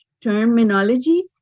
terminology